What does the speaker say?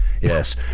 Yes